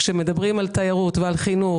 כשמדברים על תיירות ועל חינוך,